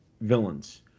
villains